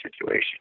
situation